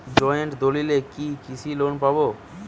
Joint দলিলে কি কৃষি লোন পাব?